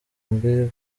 mbi